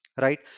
right